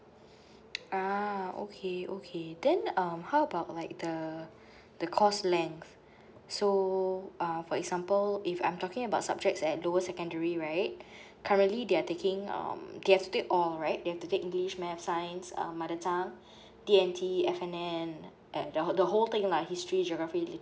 ah okay okay then um how about like the the course length so uh for example if I'm talking about subjects at lower secondary right currently they are taking um they have to take all right they have to take english math science um mother tongue D and T F and N at the whole the whole thing lah history geography